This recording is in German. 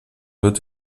wird